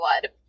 blood